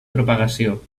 propagació